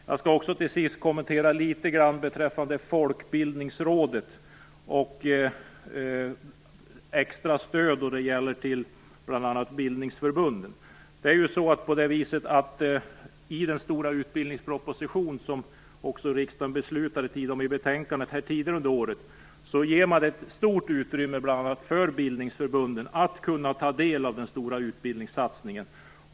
Till sist vill jag ge några kommentarer om Folkbildningsrådet och extra stöd till bl.a. bildningsförbund. I den stora utbildningsproposition, som också riksdagen fattade beslut om tidigare under året, gavs ett stort utrymme för bl.a. bildningsförbunden att kunna ta del av den stora utbildningssatsningen.